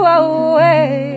away